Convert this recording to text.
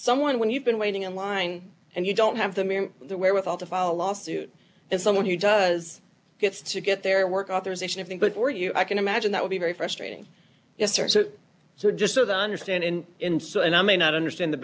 someone when you've been waiting in line and you don't have them and the wherewithal to follow a lawsuit and someone who does gets to get their work authorization of thing before you i can imagine that would be very frustrating yes or so just understand in in so and i may not understand the